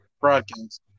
broadcast